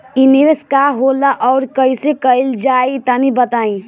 इ निवेस का होला अउर कइसे कइल जाई तनि बताईं?